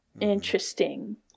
Interesting